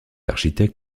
architectes